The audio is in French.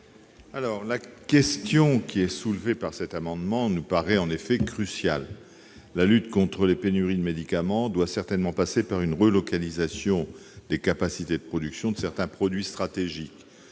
? La question soulevée par les auteurs de cet amendement paraît en effet cruciale : la lutte contre les pénuries de médicaments doit certainement passer par une relocalisation des capacités de production de certains produits stratégiques.